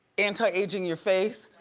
anti-aging your face?